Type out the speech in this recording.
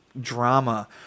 drama